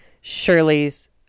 Shirley's